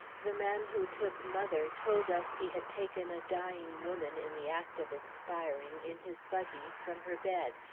the man who took mother told us he had taken a dying woman in the act of expiring in his buggy, from her bed,